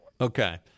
Okay